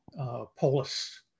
polis